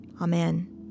Amen